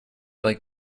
like